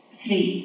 three